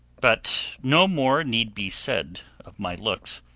but no more need be said of my looks,